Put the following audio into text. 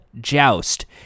Joust